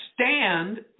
stand